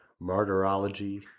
martyrology